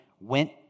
went